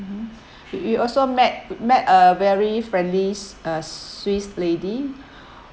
mmhmm we we also met met a very friendly s~ uh swiss lady